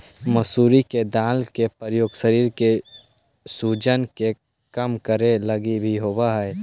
मसूरी के दाल के प्रयोग शरीर के सूजन के कम करे लागी भी होब हई